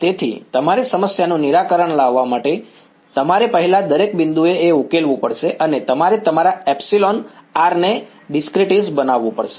તેથી તમારી સમસ્યાનું નિરાકરણ લાવવા માટે તમારે પહેલા દરેક બિંદુએ એ ઉકેલવું પડશે અને તમારે તમારા એપ્સીલોન r ને ડિસ્ક્રીટીઝ કરવું પડશે